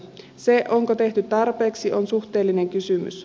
se onko tehty tarpeeksi on suhteellinen kysymys